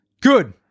good